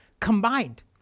combined